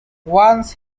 once